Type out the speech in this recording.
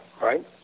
right